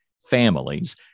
Families